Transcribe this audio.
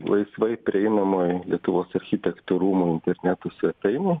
laisvai prieinamoj lietuvos architektų rūmų interneto svetainėj